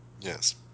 Yes